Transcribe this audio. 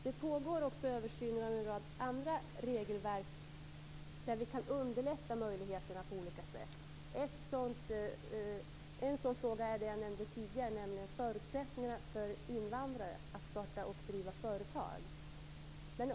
Det pågår också översyner av en rad andra regelverk, som gör att vi kan underlätta möjligheterna på olika sätt. En sådan fråga är, som jag nämnde tidigare, förutsättningarna för invandrare att starta och driva företag.